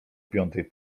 piątej